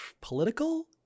political